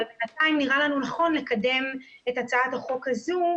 עדיין נראה לנו נכון לקדם את הצעת החוק הזו,